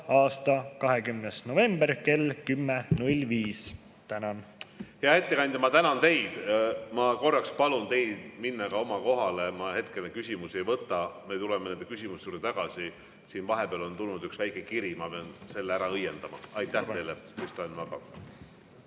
aasta 20. november kell 10.05. Tänan! Hea ettekandja, ma tänan teid! Ma korraks palun teid minna oma kohale, ma hetkel küsimusi ei võta, me tuleme nende küsimuste juurde tagasi. Siin vahepeal on tulnud üks väike kiri, ma pean selle ära õiendama. Aitäh teile, Kristo Enn